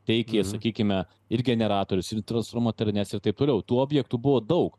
teikė sakykime ir generatorius ir transformatorines ir taip toliau tų objektų buvo daug